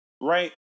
right